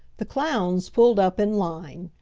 the clowns pulled up in line.